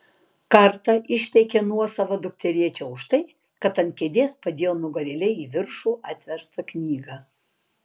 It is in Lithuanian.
kartą išpeikė nuosavą dukterėčią už tai kad ant kėdės padėjo nugarėle į viršų atverstą knygą